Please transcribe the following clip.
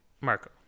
Marco